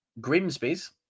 Grimsby's